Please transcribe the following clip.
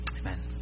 Amen